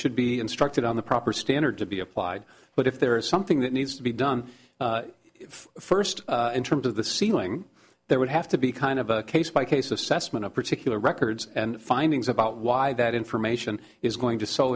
should be instructed on the proper standard to be applied but if there is something that needs to be done first in terms of the ceiling there would have to be kind of a case by case assessment of particular records and findings about why that information is going to so